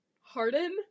Harden